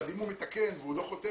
אבל אם הוא מתקן ולא חותם